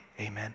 amen